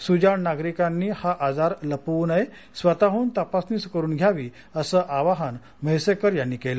सुजाण नागरिकांनी हा आजार लपवू नये स्वतःहून तपासणी करून घ्यावी असं आवाहन म्हैसेकर यांनी केलं